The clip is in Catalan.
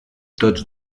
tots